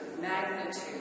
magnitude